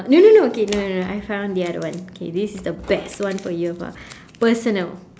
no no no okay no no no I found the other one okay this is the best one for you afar personal